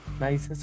nice